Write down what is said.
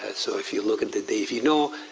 ah so if you look at the data, you know.